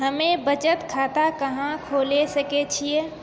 हम्मे बचत खाता कहां खोले सकै छियै?